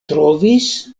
trovis